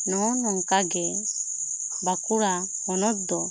ᱱᱚᱜᱼᱚᱭ ᱱᱚᱝᱠᱟ ᱜᱮ ᱵᱟᱸᱠᱩᱲᱟ ᱦᱚᱱᱚᱛ ᱫᱚ